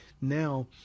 now